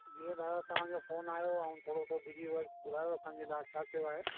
जीअं दादा तव्हांजो फ़ोन आहियो ऐं थोरो सो बिज़ी हुयसि ॿुधायो असांजे लाइ छा सेवा आहे